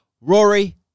Rory